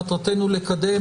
מטרתנו היא לקדם.